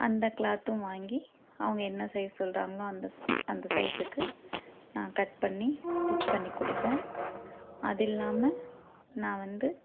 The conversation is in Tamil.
அந்த கிளாத்தும் வாங்கி அவங்க என்ன செய்ய சொல்கிறாங்களோ அந்த அந்த சைஸுக்கு நான் கட் பண்ணி ஸ்ட்ரிச் பண்ணி கொடுப்பேன் அது இல்லாமல் நான் வந்து